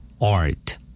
art